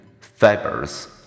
fibers